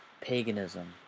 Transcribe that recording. paganism